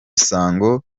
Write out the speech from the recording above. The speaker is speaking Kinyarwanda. sango